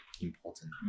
important